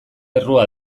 errua